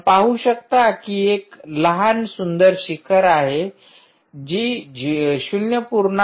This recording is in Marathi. आपण पाहू शकता की एक लहान सुंदर शिखर आहे जी 0